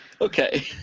Okay